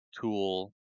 tool